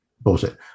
bullshit